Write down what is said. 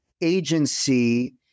agency